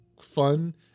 fun